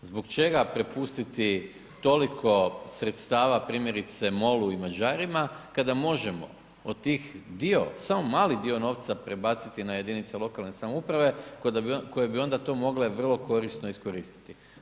Zbog čega prepustiti toliko sredstava primjerice MOL-u i Mađarima kada možemo od tih dio, samo mali dio novca prebaciti na jedinice lokalne samouprave koje bi onda to mogle vrlo korisno iskoristiti?